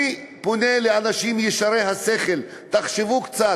אני פונה לאנשים ישרי השכל: תחשבו קצת.